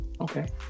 Okay